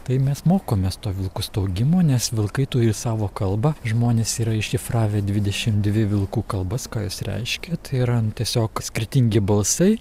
tai mes mokomės to vilkų staugimo nes vilkai turi savo kalbą žmonės yra iššifravę dvidešimt dvi vilkų kalbas ką jos reiškia tai yra nu tiesiog skirtingi balsai